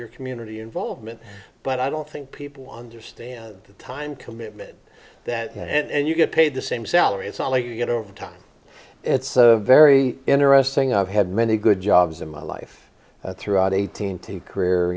your community involvement but i don't think people understand the time commitment that and you get paid the same salary it's all you get overtime it's a very interesting i've had many good jobs in my life throughout eighteen to career